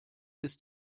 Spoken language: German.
ist